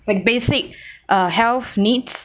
but basic uh health needs